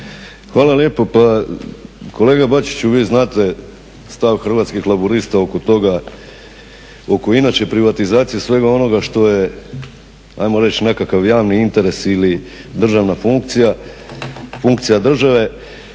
Hvala lijepo. Pa kolega Bačiću vi znate stav Hrvatskih laburista oko toga oko inače privatizacije svega onoga što je ajmo reći nekakav javni interes ili državna funkcija, funkcija države.